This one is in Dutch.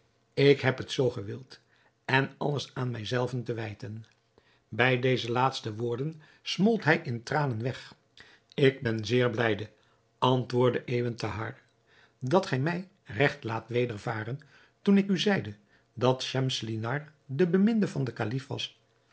ik heb het zoo gewild en alles aan mij zelven te wijten bij deze laatste woorden smolt hij in tranen weg ik ben zeer blijde antwoordde ebn thahar dat gij mij regt laat wedervaren toen ik u zeide dat schemselnihar de beminde van den kalif was